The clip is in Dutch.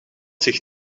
zich